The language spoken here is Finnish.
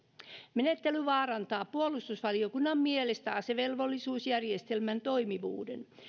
menettely vaarantaa puolustusvaliokunnan mielestä asevelvollisuusjärjestelmän toimivuuden